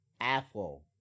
Apple